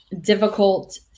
difficult